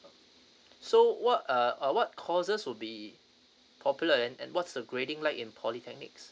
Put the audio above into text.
so what are uh what courses would be popular and and what's the grading like in polytechnics